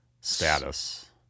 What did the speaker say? status